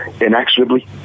inexorably